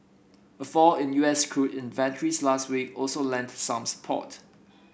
a fall in U S crude inventories last week also lent some support